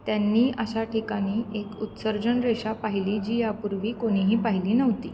त्यांनी अशा ठिकाणी एक उत्सर्जन रेषा पाहिली जी यापूर्वी कोणीही पाहिली नव्हती